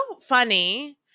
funny